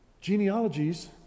Genealogies